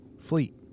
fleet